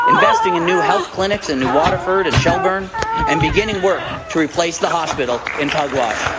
investing in new health clinics in new waterford and shelburne and beginning work to replace the hospital in pugwash.